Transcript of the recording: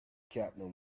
captain